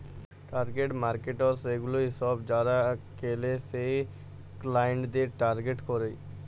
target markets সেগুলা সব যারা কেলে সেই ক্লায়েন্টদের টার্গেট করেক